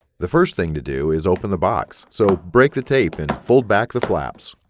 the first thing to do is open the box. so break the tape and fold back the flaps.